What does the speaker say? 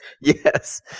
Yes